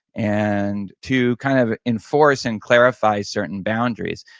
and to kind of enforce and clarify certain boundaries.